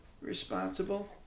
responsible